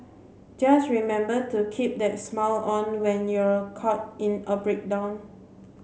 just remember to keep that smile on when you're caught in a breakdown